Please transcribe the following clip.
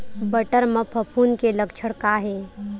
बटर म फफूंद के लक्षण का हे?